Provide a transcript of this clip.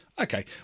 Okay